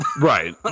Right